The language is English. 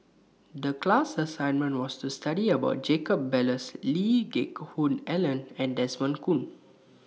The class assignment was to study about Jacob Ballas Lee Geck Hoon Ellen and Desmond Kon